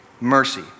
mercy